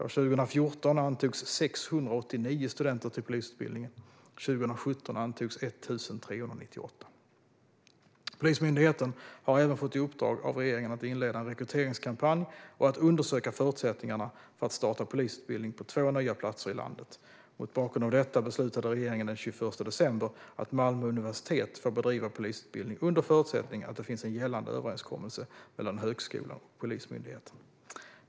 År 2014 antogs 689 studenter till polisutbildningen, medan 1 398 studenter antogs 2017. Polismyndigheten har även fått i uppdrag av regeringen att inleda en rekryteringskampanj och att undersöka förutsättningarna för att starta polisutbildning på två nya platser i landet. Mot bakgrund av detta beslutade regeringen den 21 december att Malmö universitet får bedriva polisutbildning under förutsättning att det finns en gällande överenskommelse mellan högskolan och Polismyndigheten.